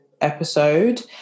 episode